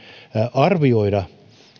arvioida